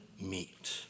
meet